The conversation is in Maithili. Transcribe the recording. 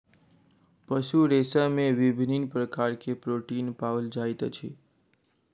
पशु रेशा में विभिन्न प्रकार के प्रोटीन पाओल जाइत अछि